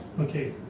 Okay